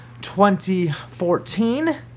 2014